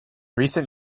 recent